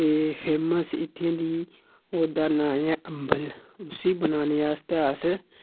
एह् फेमस इत्थें दी ओह्दा नांऽ ऐ अम्बल उसी बनाने आस्तै अस